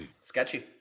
Sketchy